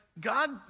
God